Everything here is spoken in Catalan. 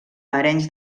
arenys